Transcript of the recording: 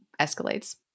escalates